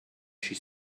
she